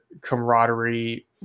camaraderie